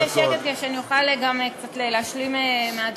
אשמח אם יהיה שקט כדי שאוכל גם להשלים את הדברים.